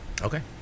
Okay